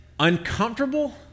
uncomfortable